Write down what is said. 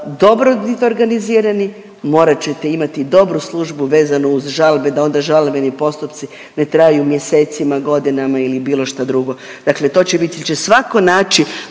dobro bit organizirani, morat ćete imati dobru službu vezano uz žalbe da onda žalbeni postupci ne traju mjesecima, godinama ili bilo što drugo. Dakle, to će biti il će svatko neku,